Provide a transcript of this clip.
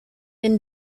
been